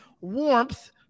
warmth